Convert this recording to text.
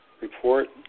report